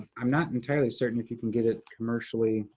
i'm not entirely certain if you can get it commercially.